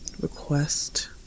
Request